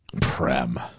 Prem